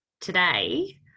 Today